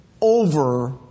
over